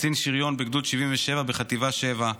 קצין שריון בגדוד 77 בחטיבה 7,